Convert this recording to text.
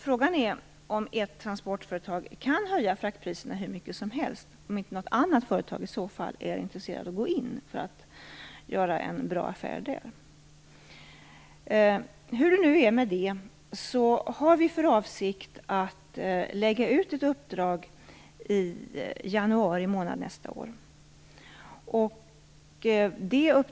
Frågan är om ett transportföretag kan höja fraktpriserna hur mycket som helst utan att något annat företag i så fall är intresserat av att gå in för att göra en bra affär. Hur det än är med det, har vi för avsikt att lägga ut ett uppdrag i januari månad i nästa år.